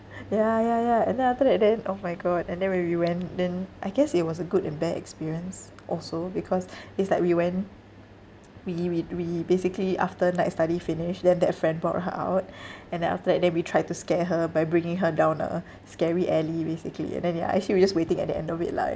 ya ya ya and then after that then oh my god and then when we went then I guess it was a good and bad experience also because it's like we went we we we basically after night study finished then that friend brought her out and then after that then we try to scare her by bringing her down a scary alley basically and then ya actually we're just waiting at the end of it lah